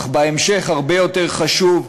אך בהמשך, הרבה יותר חשוב,